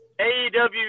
AEW